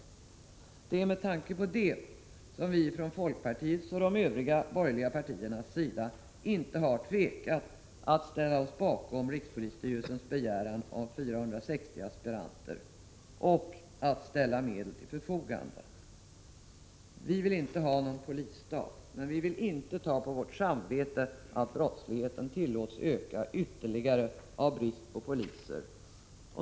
Det är med tanke på detta som vi från folkpartiets och de övriga borgerliga partiernas sida inte har tvekat att ställa oss bakom rikspolisstyrelsens begäran om 460 aspiranter och att ställa medel till förfogande. Vi vill inte ha någon polisstat, men vi vill inte ta på vårt samvete att brottsligheten tillåts öka ytterligare av brist på poliser.